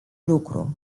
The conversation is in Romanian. lucru